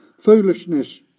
Foolishness